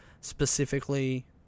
specifically